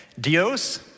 Dios